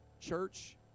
church